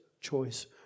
choice